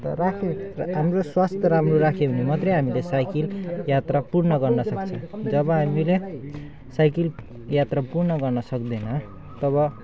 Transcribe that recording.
त राखेँ हाम्रो स्वास्थ्य राम्रो राख्यो भने मात्रै हामीले साइकल यात्रा पूर्ण गर्नसक्छ जब हामीले साइकल यात्रा पूर्ण गर्न सक्दैन तब